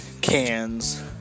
cans